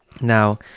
Now